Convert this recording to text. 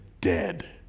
dead